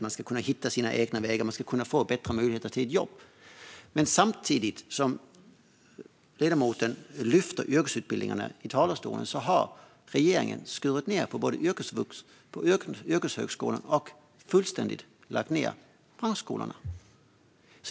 Man ska kunna hitta sina egna vägar och få bättre möjligheter till jobb. Men trots att ledamoten lyfter fram yrkesutbildningarna i talarstolen har regeringen skurit ned på både yrkesvux och yrkeshögskolorna och fullständigt lagt ned branschskolorna.